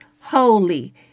holy